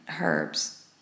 herbs